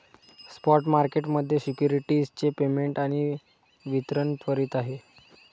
spot market मध्ये securities चे payment आणि वितरण त्वरित आहे